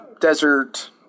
desert